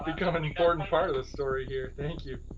become an important part of this story here. thank you.